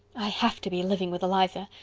i have to be, living with eliza.